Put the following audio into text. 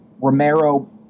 Romero